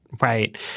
right